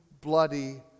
bloody